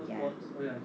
ya